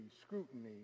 scrutiny